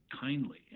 kindly